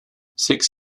six